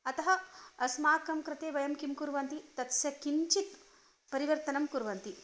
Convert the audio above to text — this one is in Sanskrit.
अतः अस्माकं कृते वयं किं कुर्वन्ति तस्य किञ्चित् परिवर्तनं कुर्वन्ति